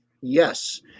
yes